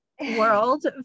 world